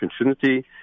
opportunity